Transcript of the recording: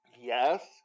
Yes